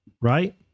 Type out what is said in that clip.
right